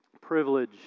privilege